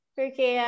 Porque